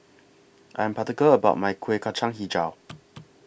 I Am particular about My Kueh Kacang Hijau